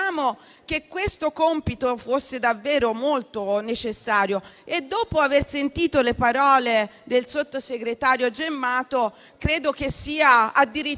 che questo compito fosse davvero molto necessario. Dopo aver ascoltato le parole del sottosegretario Gemmato, credo che sia addirittura